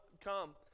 come